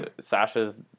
Sasha's